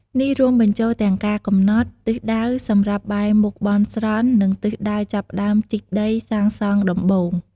នេះរួមបញ្ចូលទាំងការកំណត់ ទិសដៅ សម្រាប់បែរមុខបន់ស្រន់ និងទិសដៅចាប់ផ្តើមជីកដីសាងសង់ដំបូង។